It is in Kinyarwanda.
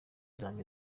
zanjye